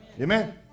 Amen